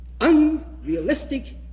unrealistic